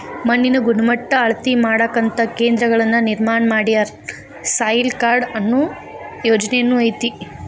ಮಣ್ಣಿನ ಗಣಮಟ್ಟಾ ಅಳತಿ ಮಾಡಾಕಂತ ಕೇಂದ್ರಗಳನ್ನ ನಿರ್ಮಾಣ ಮಾಡ್ಯಾರ, ಸಾಯಿಲ್ ಕಾರ್ಡ ಅನ್ನು ಯೊಜನೆನು ಐತಿ